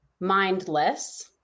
mindless